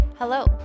Hello